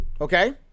okay